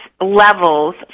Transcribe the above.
levels